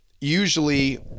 usually